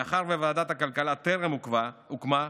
מאחר שוועדת הכלכלה טרם הוקמה,